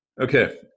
okay